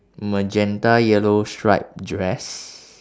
magenta yellow stripe dress